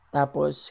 Tapos